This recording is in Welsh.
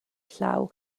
llaw